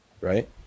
right